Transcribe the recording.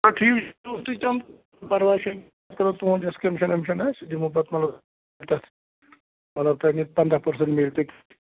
چلو ٹھیٖک چھُ پَرواے چھُنہٕ أسۍ کَرو تُہُنٛد یُس کمیشن ومیشن آسہِ سُہ دِمو پتہٕ مطلب ژےٚ گٔیی پنٛداہ پٔرسنٛٹ میلہِ تُہۍ